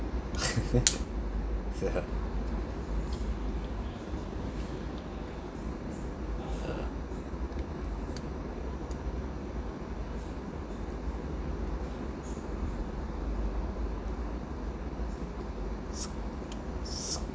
yeah uh